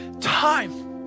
time